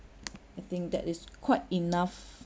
I think that is quite enough